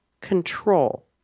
control